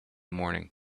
morning